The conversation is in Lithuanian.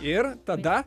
ir tada